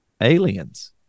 aliens